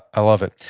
i love it.